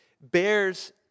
bears